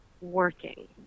working